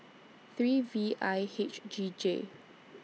three V I H G J